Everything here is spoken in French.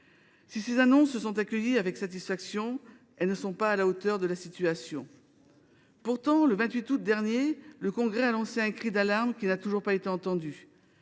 Si ces annonces sont accueillies avec satisfaction, elles ne sont pas à la hauteur de la situation. Le 28 août dernier, le congrès a lancé un cri d’alarme qui n’a toujours pas été entendu.